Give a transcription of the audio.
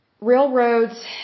railroads